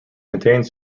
contained